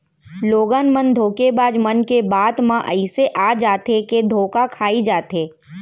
लोगन मन धोखेबाज मन के बात म अइसे आ जाथे के धोखा खाई जाथे